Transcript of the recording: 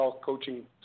coaching